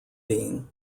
deane